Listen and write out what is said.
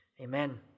Amen